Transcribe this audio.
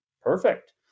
Perfect